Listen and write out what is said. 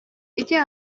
ити